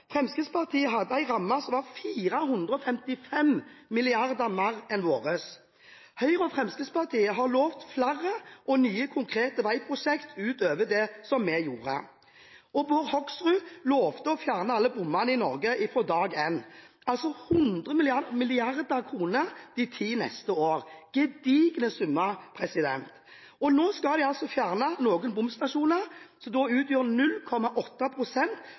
Fremskrittspartiet hadde en ramme som var på 455 mrd. kr mer enn vår. Høyre og Fremskrittspartiet har lovt flere og nye konkrete veiprosjekter utover det vi gjorde. Bård Hoksrud lovte å fjerne alle bommene i Norge fra dag én, altså 100 mrd. kr de ti neste årene – gedigne summer. Nå skal de fjerne noen bomstasjoner, som utgjør